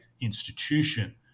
institution